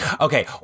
Okay